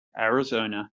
arizona